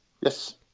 Yes